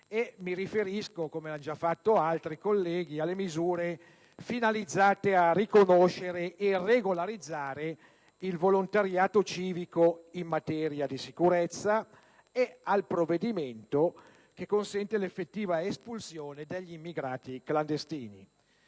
Mi riferisco, come hanno già fatto altri colleghi, alle misure finalizzate a riconoscere e regolarizzare il volontariato civico in materia di sicurezza e al provvedimento che consente l'effettiva espulsione degli immigrati clandestini.